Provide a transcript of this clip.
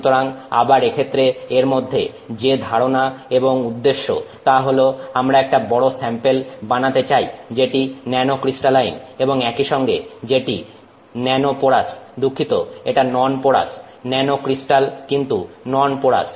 সুতরাং আবার এক্ষেত্রে এর মধ্যে যে ধারণা এবং উদ্দেশ্য তা হল আমরা একটা বড় স্যাম্পেল বানাতে চাই যেটি ন্যানোক্রিস্টালাইন এবং একই সঙ্গে যেটি ন্যানো পোরাস দুঃখিত এটা নন্ পোরাস ন্যানো ক্রিস্টাল কিন্তু নন্ পোরাস